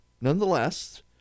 Nonetheless